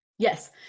Yes